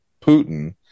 Putin